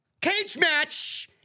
Cagematch